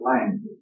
language